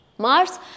Mars